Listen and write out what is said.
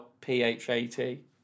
P-H-A-T